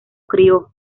crio